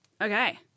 Okay